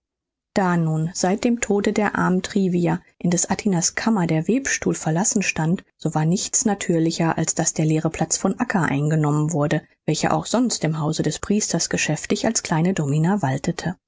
da nun seit dem tode der armen trivia in des atinas kammer der webstuhl verlassen stand so war nichts natürlicher als daß der leere platz von acca eingenommen wurde welche auch sonst im hause des priesters geschäftig als kleine domina waltete